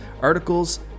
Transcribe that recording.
articles